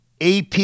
AP